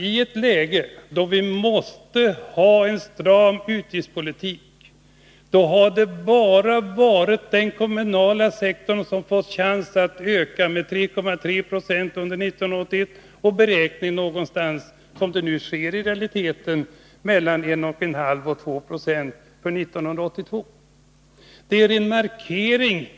I ett läge då vi måste föra en stram utgiftspolitik, har endast den kommunala sektorn fått chans att öka — med 3,3 20 under 1981 och i realiteten någonting mellan 1,5 och 2 26 under 1982. Målsättningen är 1 96 i volymökning.